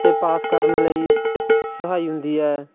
ਅਤੇ ਪਾਸ ਕਰਨ ਲਈ ਸਹਾਈ ਹੁੰਦੀ ਹੈ